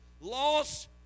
loss